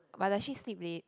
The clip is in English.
but does she sleep late